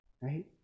Right